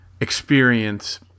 experience